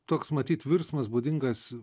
toks matyt virsmas būdingas